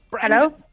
Hello